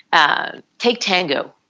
ah take tango.